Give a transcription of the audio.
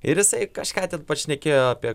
ir jisai kažką ten pašnekėjo apie